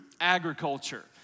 agriculture